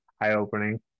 eye-opening